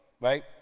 right